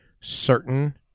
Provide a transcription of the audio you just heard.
certain